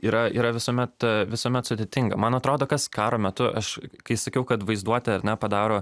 yra yra visuomet visuomet sudėtinga man atrodo kas karo metu aš kai sakiau kad vaizduotė ar ne padaro